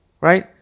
right